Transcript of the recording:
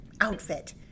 outfit